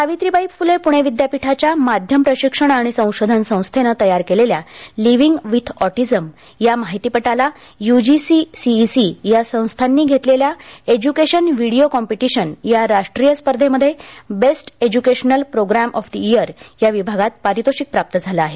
सावित्रीबाई फुले पुणे विद्यापीठाच्या माध्यम प्रशिक्षण आणि संशोधन संस्थेनं तयार केलेल्या लिव्हिन्ग विथ ऑटिझम या माहितीपटाला यूजीसी सीईसी या संस्थांनी घेतलेल्या एज्युकेशनल व्हिडिओ कॉम्पिटीशन या राष्ट्रीय स्पर्धेमध्ये best educational programme of the year या विभागात पारितोषिक प्राप्त झाले आहे